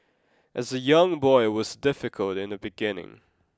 as a young boy was difficult in the beginning